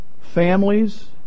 families